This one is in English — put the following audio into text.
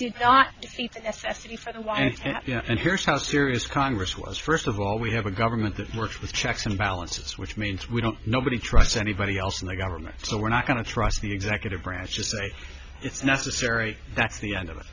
not and here's how serious congress was first of all we have a government that works with checks and balances which means we don't nobody trusts anybody else in the government so we're not going to trust the executive branch just say it's necessary that's the end of it